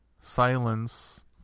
silence